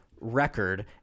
record